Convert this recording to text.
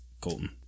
Colton